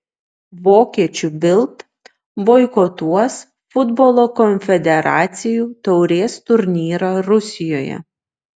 vokiečių bild boikotuos futbolo konfederacijų taurės turnyrą rusijoje